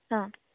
हां